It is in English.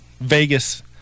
Vegas